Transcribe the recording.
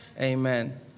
Amen